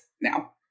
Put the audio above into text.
now